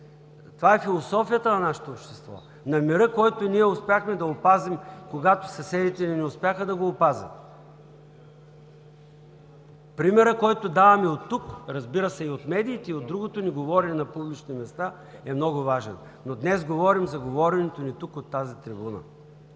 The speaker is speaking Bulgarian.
това е философията на нашето общество, на мира, който успяхме да опазим, когато съседите ни не успяха да го опазят. Примерът, който даваме оттук, разбира се, и от медиите, от другото ни говорене на публични места, е много важен, но днес говорим за говоренето ни тук, от тази трибуна.